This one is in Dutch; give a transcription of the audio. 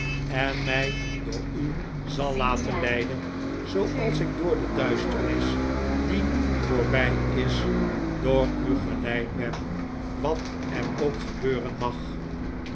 en mij door u zal laten leiden zooals ik door de duisternis die nu voorbij is door u geleid ben wat er ook gebeuren mag